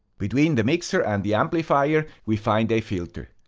between the mixer and the amplifier, we find a filter.